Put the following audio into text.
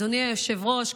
אדוני היושב-ראש,